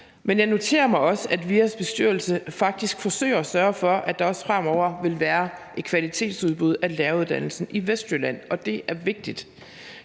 Men jeg noterer mig også, at VIAs bestyrelse faktisk forsøger at sørge for, at der også fremover vil være kvalitetsudbud af læreruddannelsen i Vestjylland, og det er vigtigt.